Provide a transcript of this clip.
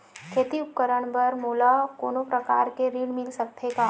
खेती उपकरण बर मोला कोनो प्रकार के ऋण मिल सकथे का?